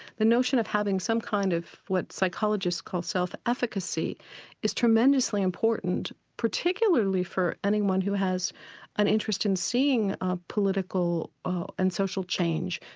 the notion of having some kind of what psychologists call self-efficacy is tremendously important particularly for anyone who has an interest in seeing a political and social change.